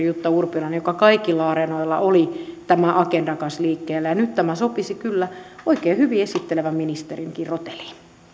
jutta urpilainen joka kaikilla areenoilla oli tämän agendan kanssa liikkeellä nyt tämä sopisi kyllä oikein hyvin esittelevän ministerinkin rooteliin